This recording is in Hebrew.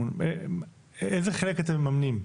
איזה חלק אתם מממנים?